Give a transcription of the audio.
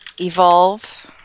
evolve